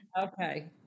Okay